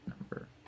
number